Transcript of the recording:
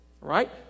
Right